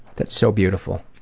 that's so beautiful.